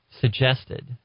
suggested